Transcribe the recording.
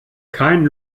kein